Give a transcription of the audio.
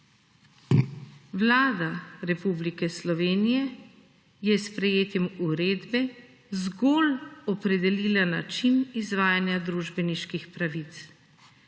Vlada Republike Slovenije je s sprejetjem uredbe zgolj opredelila način izvajanja družbeniških pravic.